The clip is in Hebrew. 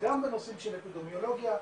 גם בנושאים של אפידמיולוגיה,